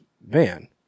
van